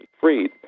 freed